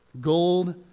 Gold